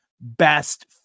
best